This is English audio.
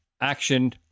action